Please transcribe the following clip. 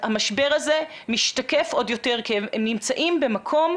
המשבר הזה משתקף עוד יותר כי הם נמצאים במקום,